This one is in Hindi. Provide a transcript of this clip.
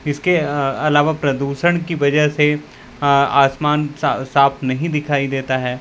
इसके अलावा प्रदूषण की वजह से आसमान साफ नहीं दिखाई देता है